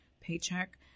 paycheck